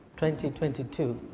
2022